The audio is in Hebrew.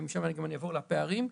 ומשם אני אעבור לפערים.